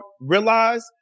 realize